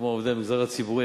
כמו עובדי המגזר הציבורי,